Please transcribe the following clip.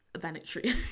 vanity